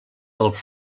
del